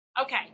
Okay